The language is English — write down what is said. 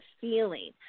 feeling